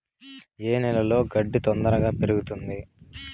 ఏ నేలలో గడ్డి తొందరగా పెరుగుతుంది